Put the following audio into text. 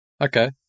Okay